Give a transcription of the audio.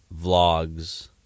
vlogs